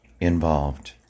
involved